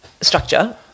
structure